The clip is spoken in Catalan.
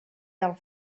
del